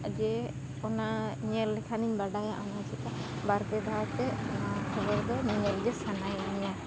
ᱡᱮ ᱚᱱᱟ ᱧᱮᱞ ᱞᱮᱠᱷᱟᱱᱤᱧ ᱵᱟᱰᱟᱭᱟ ᱚᱱᱟᱪᱤᱠᱟᱹ ᱵᱟᱨᱯᱮ ᱫᱷᱟᱣᱛᱮ ᱚᱱᱟ ᱠᱷᱚᱵᱚᱨ ᱫᱚ ᱧᱮᱧᱮᱞ ᱜᱮ ᱥᱟᱱᱟᱭᱤᱧᱟᱹ